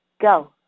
go